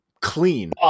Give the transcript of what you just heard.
clean